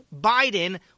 Biden